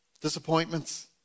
disappointments